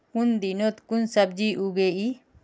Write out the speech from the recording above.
कुन दिनोत कुन सब्जी उगेई?